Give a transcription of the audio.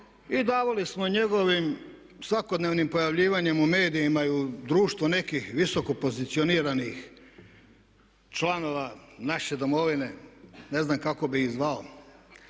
i davali smo njegovim svakodnevnim pojavljivanjem u medijima i u društvu nekih visoko pozicioniranih članova naše domovine. Ne znam kako bih ih zvao.